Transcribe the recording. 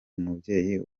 umubyeyi